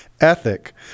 ethic